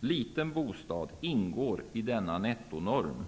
liten bostad ingår i denna nettonorm.